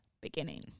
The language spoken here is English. beginning